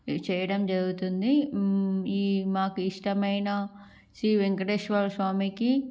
ఇవి చేయడం జరుగుతుంది ఈ మాకు ఇష్టమైన శ్రీ వేంకటేశ్వర స్వామికి